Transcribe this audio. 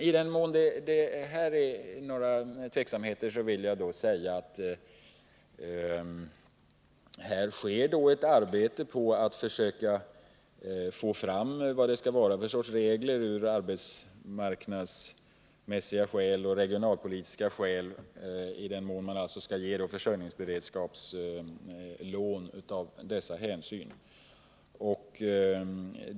I den mån det är tveksamt, vill jag säga att det pågår ett arbete i syfte att få fram regler för i vilken mån man skall ge försörjningsberedskapslån av arbetsmarknadsmässiga och regionalpolitiska skäl.